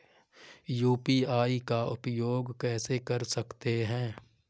UPI का उपयोग कैसे कर सकते हैं?